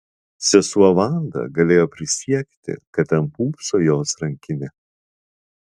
sesuo vanda galėjo prisiekti kad ten pūpso jos rankinė